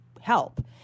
help